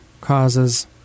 causes